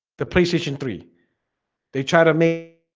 the playstation three they try to me